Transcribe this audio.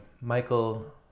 Michael